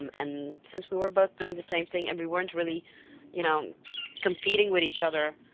um and since we were both doing the same thing and we werenit really you know competing with each other